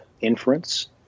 inference